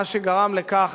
מה שגרם לכך